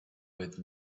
with